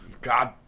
God